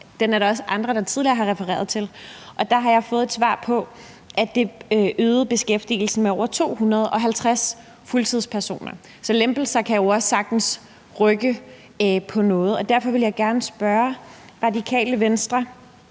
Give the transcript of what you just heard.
den er der også andre der tidligere har refereret til – og der har jeg fået det svar, at det øgede beskæftigelsen med over 250 fuldtidspersoner, så lempelser kan jo også sagtens rykke på noget. Derfor vil jeg gerne spørge Radikale Venstre